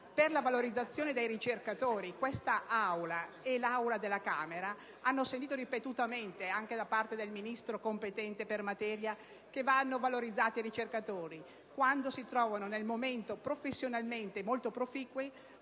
per la valorizzazione dei ricercatori. Questa Aula e quella della Camera ha sentito ripetutamente parlare, anche da parte del Ministro competente per materia, della necessità di valorizzare i ricercatori, che quando si trovano in momento professionalmente molto proficuo